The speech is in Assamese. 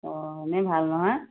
অঁ এনেই ভাল নহয়